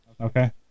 okay